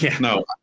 no